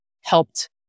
helped